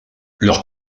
leur